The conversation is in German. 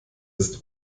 ist